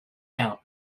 out